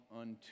unto